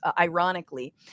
ironically